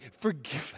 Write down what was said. forgiven